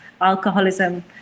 alcoholism